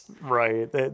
Right